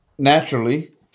Naturally